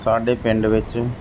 ਸਾਡੇ ਪਿੰਡ ਵਿੱਚ